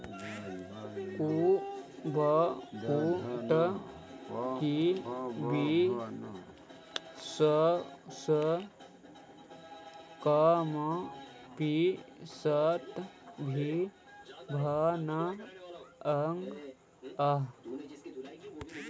कुक्कुट के विष्ठा से कम्पोस्ट भी बनअ हई